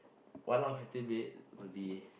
one hour fifteen minutes will be